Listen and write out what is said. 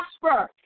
prosper